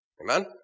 Amen